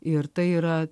ir tai yra